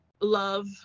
love